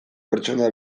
pertsona